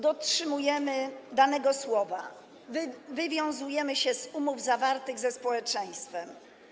Dotrzymujemy danego słowa, wywiązujemy się z umów zawartych ze społeczeństwem.